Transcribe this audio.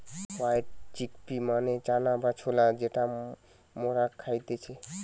white chickpea মানে চানা বা ছোলা যেটা মরা খাইতেছে